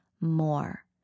more